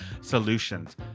solutions